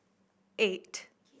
eight